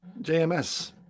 JMS